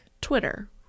twitter